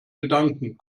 gedanken